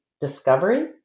discovery